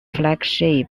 flagship